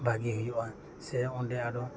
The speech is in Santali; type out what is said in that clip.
ᱵᱷᱟᱜᱮ ᱦᱩᱭᱩᱜᱼᱟ ᱥᱮ ᱚᱸᱰᱮ ᱟᱨ ᱦᱚᱸ